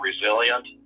resilient